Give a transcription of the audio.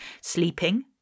sleeping